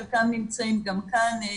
חלקם נמצאים גם כאן,